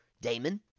Damon